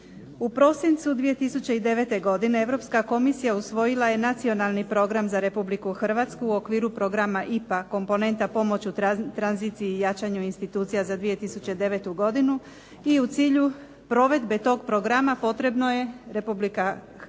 U prosincu 2009. godine Europska komisija usvojila je nacionalni program za Republiku Hrvatsku u programu IPA komponenta pomoć u tranziciji jačanju institucija za 2009. godinu, i u cilju provedbe tog programa, potrebno je da Republika Hrvatska